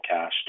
cash